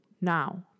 now